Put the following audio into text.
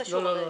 לא קשור.